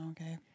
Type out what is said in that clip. Okay